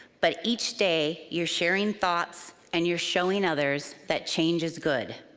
but each day, you're sharing thoughts and you're showing others that change is good.